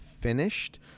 finished